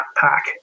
pack